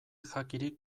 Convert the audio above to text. jakirik